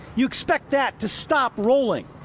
you expect that to stop rolling.